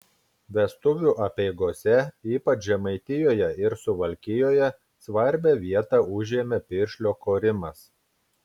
vestuvių apeigose ypač žemaitijoje ir suvalkijoje svarbią vietą užėmė piršlio korimas